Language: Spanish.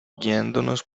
guiándonos